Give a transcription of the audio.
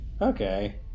Okay